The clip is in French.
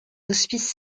hospices